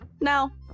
Now